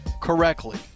correctly